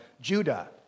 Judah